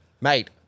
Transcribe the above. mate